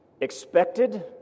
expected